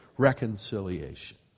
reconciliation